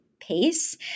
pace